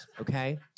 Okay